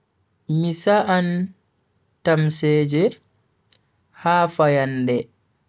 Mi sa'an tamseeje ha fayande.